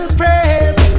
praise